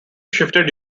shifted